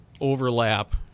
overlap